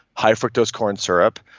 high fructose corn syrup,